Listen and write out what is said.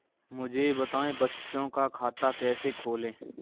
मुझे बताएँ बच्चों का खाता कैसे खोलें?